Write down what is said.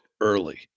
early